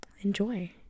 Enjoy